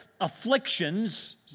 afflictions